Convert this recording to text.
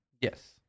Yes